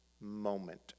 moment